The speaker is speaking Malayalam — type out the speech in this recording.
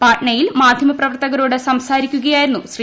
പട്നയിൽ മാധ്യമപ്രവർത്തകരോട് സംസാരിക്കുകയായിരുന്നു ശ്രീ